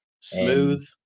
Smooth